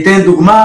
למשל,